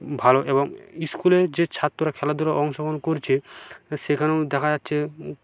ভালো এবং ইস্কুলে যে ছাত্ররা খেলাধুলা অংশগ্রহণ করছে সেখানেও দেখা যাচ্ছে